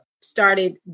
started